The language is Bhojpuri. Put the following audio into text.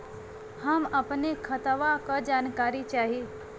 हम अपने खतवा क जानकारी चाही?